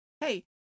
Hey